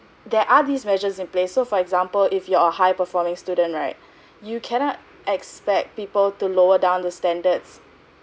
there are these measures in place so for example if you are a high performing student right you cannot expect people to lower down the standards